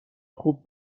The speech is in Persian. خوب